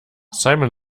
simon